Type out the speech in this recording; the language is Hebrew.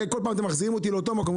הרי כל פעם אתם מחזירים אותי לאותו מקום.